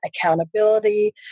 accountability